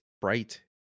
bright